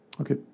Okay